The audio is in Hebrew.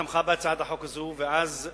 הצעת חוק התכנון והבנייה (תיקון,